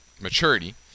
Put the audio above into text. maturity